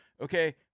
okay